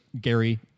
Gary